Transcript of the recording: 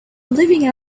living